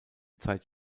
zeit